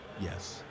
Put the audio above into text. Yes